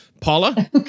Paula